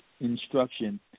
instruction